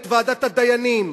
את ועדת הדיינים,